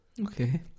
Okay